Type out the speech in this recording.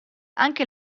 anche